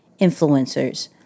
influencers